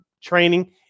training